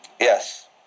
Yes